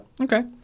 Okay